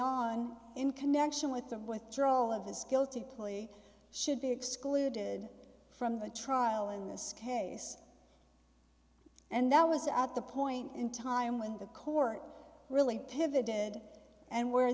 on in connection with the withdrawal of his guilty plea should be excluded from the trial in this case and that was at the point in time when the court really pivoted and where